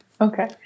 okay